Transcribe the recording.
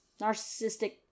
Narcissistic